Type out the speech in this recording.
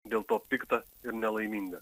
dėl to pikta ir nelaiminga